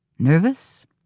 Nervous